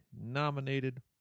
nominated